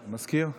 המזכיר?